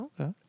Okay